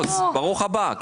הכנסות לדורותיהן,